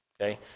Okay